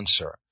answer